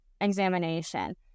examination